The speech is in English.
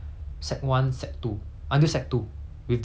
with that privilege ah so called privilege